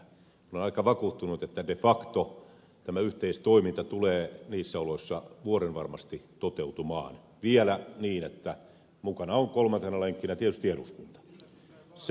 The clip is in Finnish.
minä olen aika vakuuttunut että de facto tämä yhteistoiminta tulee niissä oloissa vuorenvarmasti toteutumaan vielä niin että mukana on kolmantena lenkkinä tietysti eduskunta